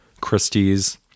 Christie's